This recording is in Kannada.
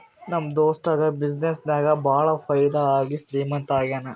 ನಮ್ ದೋಸ್ತುಗ ಬಿಸಿನ್ನೆಸ್ ನಾಗ್ ಭಾಳ ಫೈದಾ ಆಗಿ ಶ್ರೀಮಂತ ಆಗ್ಯಾನ